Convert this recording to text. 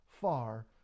far